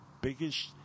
biggest